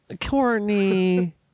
Courtney